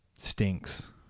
Stinks